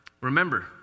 remember